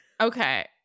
Okay